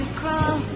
crawl